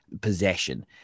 possession